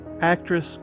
Actress